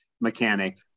mechanic